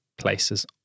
places